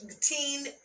teen